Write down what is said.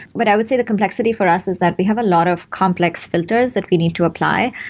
what i would say the complexity for us is that we have a lot of complex filters that we need to apply.